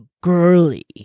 girly